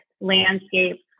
landscape